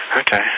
Okay